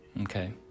okay